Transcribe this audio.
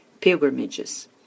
pilgrimages